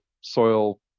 soil